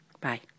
Bye